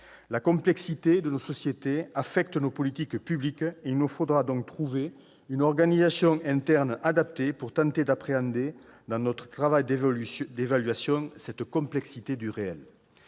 La complexité de nos sociétés affecte nos politiques publiques. Il nous faudra donc trouver une organisation interne adaptée pour tenter d'appréhender cette complexité du réel